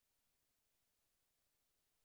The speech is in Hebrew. בחוק שכירות הוגנת הבטחת שתעלה הצעת חוק.